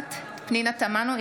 נוכחת פנינה תמנו,